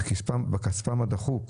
בכספם הדחוק,